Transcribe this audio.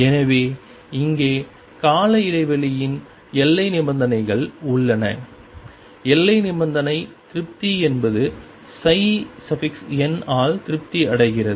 எனவே இங்கே கால இடைவெளியின் எல்லை நிபந்தனைகள் உள்ளன எல்லை நிபந்தனை திருப்தி என்பது nஆல் திருப்தி அடைகிறது